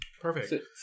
Perfect